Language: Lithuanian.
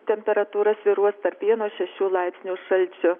temperatūra svyruos tarp vieno šešių laipsnių šalčio